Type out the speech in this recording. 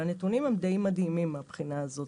והנתונים הם די מדהימים מהבחינה הזאת.